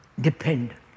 dependent